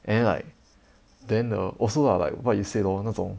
and then like then uh also lah like what you said lor 那种